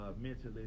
mentally